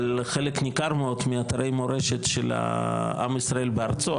אבל חלק ניכר מאתרי המורשת של עם ישראל בארצו,